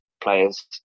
players